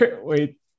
wait